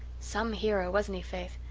some hero, wasn't he, faith?